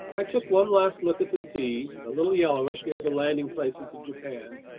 i took one last look at the sea, a little yellowish near the landing places of japan,